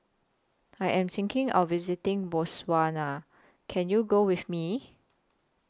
I Am thinking of visiting Botswana Can YOU Go with Me